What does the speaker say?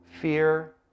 fear